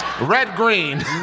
Red-green